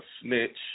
snitch